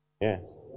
Yes